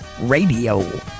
Radio